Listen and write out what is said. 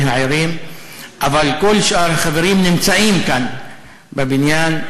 הערים"; וכל שאר החברים נמצאים כאן בבניין.